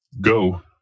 Go